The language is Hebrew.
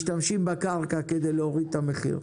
משתמשים בקרקע כדי להוריד את המחיר.